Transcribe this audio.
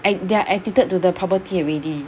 I they're addicted to the bubble tea already